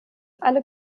alle